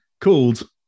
called